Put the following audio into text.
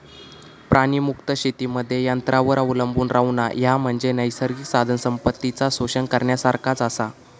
प्राणीमुक्त शेतीमध्ये यंत्रांवर अवलंबून रव्हणा, ह्या म्हणजे नैसर्गिक साधनसंपत्तीचा शोषण करण्यासारखाच आसा